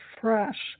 fresh